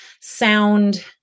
sound